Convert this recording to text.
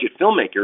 filmmaker